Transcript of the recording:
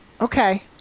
okay